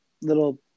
little